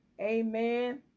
amen